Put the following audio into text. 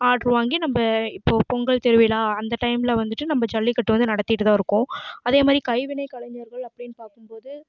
order வாங்கி நம்ப இப்போ பொங்கல் திருவிழா அந்த டைம்மில் வந்துவிட்டு நம்ப ஜல்லிக்கட்டு வந்து நடத்திகிட்டுதான் இருக்கோம் அதேமாதிரி கைவினை கலைஞர்கள் அப்படின்னு பார்க்கும்போது